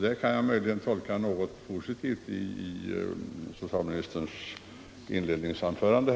Där kan jag möjligen finna något positivt i socialministerns inledande svarsanförande.